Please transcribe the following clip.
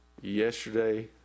yesterday